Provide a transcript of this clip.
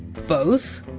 both?